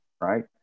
right